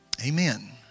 Amen